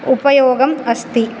उपयोगम् अस्ति